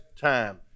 time